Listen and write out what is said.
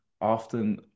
often